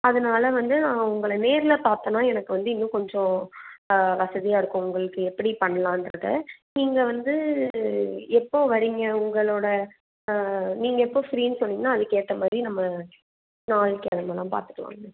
அதனால வந்து நான் உங்களை நேரில் பார்த்தேன்னா எனக்கு வந்து இன்னும் கொஞ்சம் வசதியாக இருக்கும் உங்களுக்கு எப்படி பண்ணலான்றத நீங்கள் வந்து எப்போ வரீங்க உங்களோட நீங்கள் எப்போ ஃபிரீன்னு சொன்னிங்கன்னா அதுக்கேத்தமாதிரி நம்ம நாள் கிழமலாம் பார்த்துக்கலாங்க